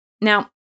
Now